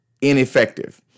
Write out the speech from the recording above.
ineffective